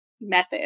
method